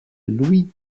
louis